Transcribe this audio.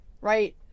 right